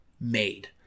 made